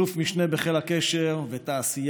אלוף משנה בחיל הקשר ותעשיין,